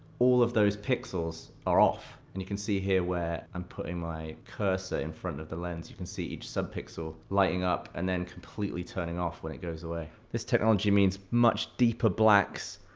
all of those pixels are off, and you can see here where i'm putting my cursor in front of the lens, you can see each sub-pixel lighting up and then completely turning off when it goes away. this technology means much deeper blacks,